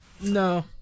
No